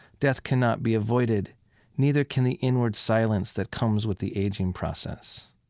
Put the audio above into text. death cannot be avoided neither can the inward silence that comes with the aging process